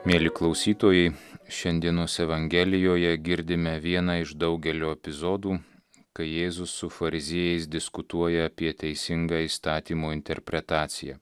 mieli klausytojai šiandienos evangelijoje girdime vieną iš daugelio epizodų kai jėzus su fariziejais diskutuoja apie teisingą įstatymo interpretaciją